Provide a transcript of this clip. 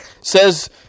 says